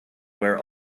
where